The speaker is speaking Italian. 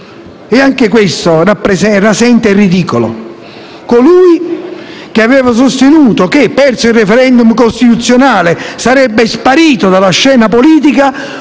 Anche questo, rasenta il ridicolo. Colui che aveva sostenuto che, perso il *referendum* costituzionale, sarebbe sparito dalla scena politica,